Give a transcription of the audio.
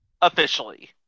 Officially